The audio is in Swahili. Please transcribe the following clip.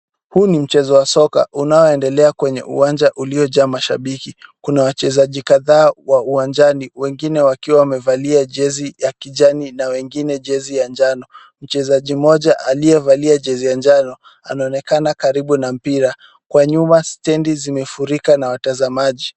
Huu ni mchezo wa soka unaoendelea kwenye uwanja uliojaa mashabiki. Kuna wachezaji kadhaa uwanjani wengine wakiwa wamevalia jezi ya kijani na wengine jezi ya njano. Mchezaji mmoja aliyevalia jezi ya njano anaonekana karibu na mpira. Kwa nyuma stendi zimefurika na watazamaji.